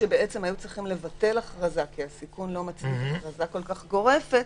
בנסיבות שבהן אפשר לבטל הכרזה כי הסיכון לא מצדיק הכרזה כל כך גורפת,